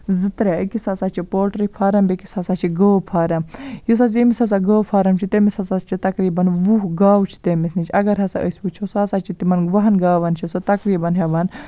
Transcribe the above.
زٕ ترٛےٚ أکِس ہَسا چھِ پوٹری فارَم بٮ۪کِس ہَسا چھِ گٲو فارَم یُس حظ ییٚمِس ہَسا گٲو فارَم چھِ تٔمِس ہَسا چھِ تقریٖبن وُہ گاوٕ چھِ تٔمِس نِش اگر ہَسا أسۍ وٕچھو سُہ ہَسا چھِ تِمن وُہَن گاوَن چھُ سُہ تقریٖبن ہیٚوان